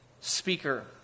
speaker